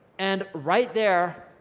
and right there,